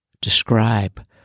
describe